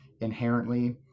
inherently